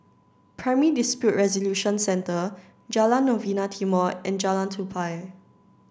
Primary Dispute Resolution Centre Jalan Novena Timor and Jalan Tupai